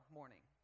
morning